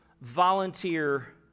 volunteer